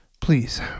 Please